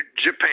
Japan